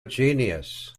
genius